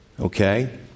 Okay